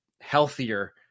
healthier